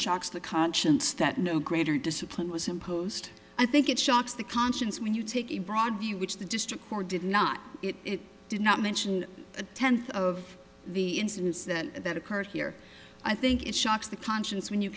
shocks the conscience that no greater discipline was imposed i think it shocks the conscience when you take a broader view which the district or did not it did not mention a tenth of the incidents that occurred here i think it shocks the conscience when you